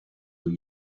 were